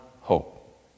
hope